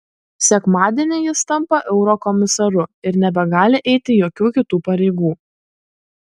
sekmadienį jis tampa eurokomisaru ir nebegali eiti jokių kitų pareigų